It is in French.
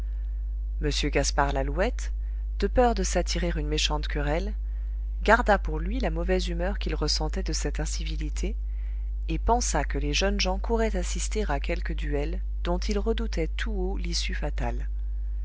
m gaspard lalouette de peur de s'attirer une méchante querelle garda pour lui la mauvaise humeur qu'il ressentait de cette incivilité et pensa que les jeunes gens couraient assister à quelque duel dont ils redoutaient tout haut l'issue fatale